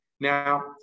Now